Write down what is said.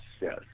Yes